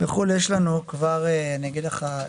בחו"ל יש לנו, כבר אני אגיד לך.